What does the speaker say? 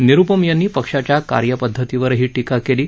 निरुपम यांनी पक्षाच्या कार्यपद्धतीवरही टीका केली आहे